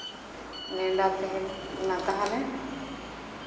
ᱱᱮᱸᱰᱟ ᱛᱟᱦᱮᱱᱟ ᱛᱟᱦᱚᱞᱮ